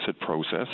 process